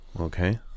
Okay